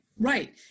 right